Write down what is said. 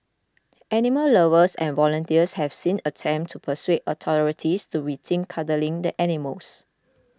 animal lovers and volunteers have since attempted to persuade authorities to rethink culling the animals